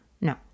No